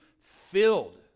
filled